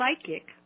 psychic